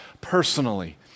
personally